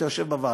אתה יושב בוועדה,